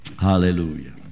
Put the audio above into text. Hallelujah